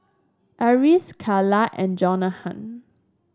Eris Carla and